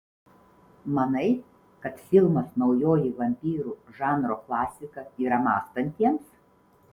manai kad filmas naujoji vampyrų žanro klasika yra mąstantiems